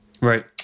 Right